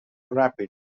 rapid